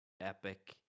Epic